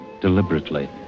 Deliberately